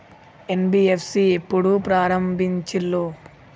NBFC ఎప్పుడు ప్రారంభించిల్లు?